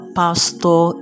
pastor